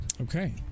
Okay